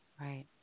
right